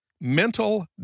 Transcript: mental